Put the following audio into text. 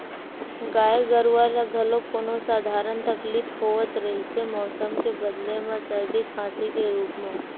गाय गरूवा ल घलोक कोनो सधारन तकलीफ होवत रहिथे मउसम के बदले म सरदी, खांसी के रुप म